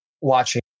watching